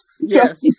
Yes